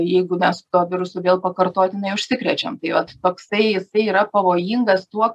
jeigu mes tuo virusu vėl pakartotinai užsikrečiam tai vat toksai jisai yra pavojingas tuo